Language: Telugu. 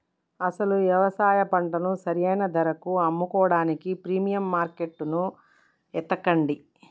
అసలు యవసాయ పంటను సరైన ధరలకు అమ్ముకోడానికి ప్రీమియం మార్కేట్టును ఎతకండి